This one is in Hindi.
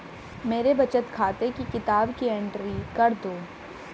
मेरे बचत खाते की किताब की एंट्री कर दो?